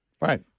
Right